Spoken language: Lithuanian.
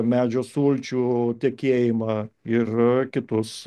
medžio sulčių tekėjimą ir kitus